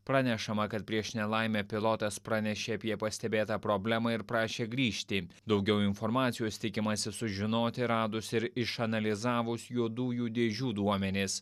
pranešama kad prieš nelaimę pilotas pranešė apie pastebėtą problemą ir prašė grįžti daugiau informacijos tikimasi sužinoti radus ir išanalizavus juodųjų dėžių duomenys